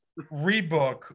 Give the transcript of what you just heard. rebook